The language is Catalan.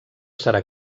serà